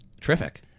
Terrific